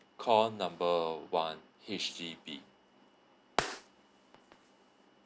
call number one H_D_B